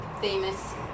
famous